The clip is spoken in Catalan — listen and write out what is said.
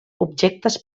objectes